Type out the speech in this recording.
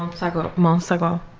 months ago. ah months ago